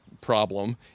problem